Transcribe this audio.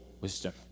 wisdom